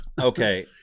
Okay